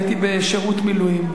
הייתי בשירות מילואים.